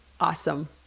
awesome